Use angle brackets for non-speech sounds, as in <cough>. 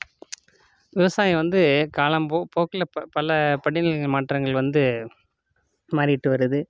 விவசாயம் வந்து காலம் போ போக்கில் ப பல <unintelligible> மாற்றங்கள் வந்து மாறிட்டு வருது